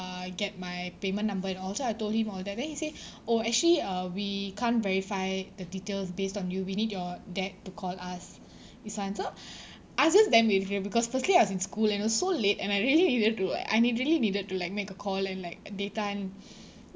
uh get my payment number and all so I told him all that then he say oh actually uh we can't verify the details based on you we need your dad to call us this [one] so I was just damn irritating because firstly I was in school and it was so late and I really needed to like I ne~ really needed to like make a call and like data and